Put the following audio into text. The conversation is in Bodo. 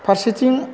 फारसेथिं